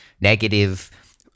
negative